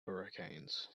hurricanes